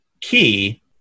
Key